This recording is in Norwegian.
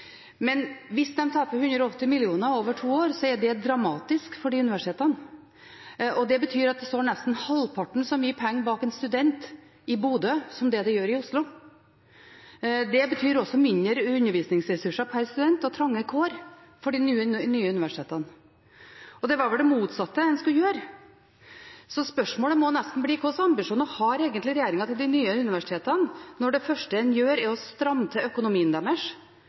Men hvis de taper 180 mill. kr over to år, er det dramatisk for universitetene. Det betyr at det står nesten halvparten så mye penger bak en student i Bodø som det gjør i Oslo. Det betyr også mindre undervisningsressurser per student og trange kår for de nye universitetene. Det var vel det motsatte en skulle gjøre. Så spørsmålet må nesten bli: Hvilke ambisjoner har egentlig regjeringen for de nye universitetene når det første en gjør, er å stramme til økonomien deres,